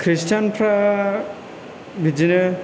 खृष्टानफ्रा बिदिनो